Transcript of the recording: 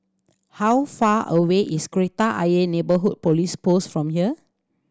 how far away is Kreta Ayer Neighbourhood Police Post from here